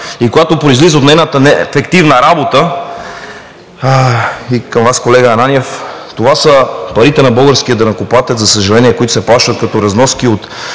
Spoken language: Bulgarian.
и която произлиза от нейната неефективна работа – и към Вас, колега Ананиев, това са парите на българския данъкоплатец, за съжаление, които се плащат като разноски от